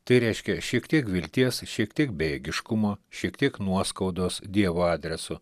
tai reiškia šiek tiek vilties šiek tiek bejėgiškumo šiek tiek nuoskaudos dievo adresu